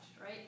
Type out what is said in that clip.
right